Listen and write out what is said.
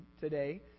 today